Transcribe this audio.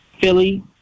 Philly